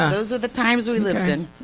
those were the times we lived in.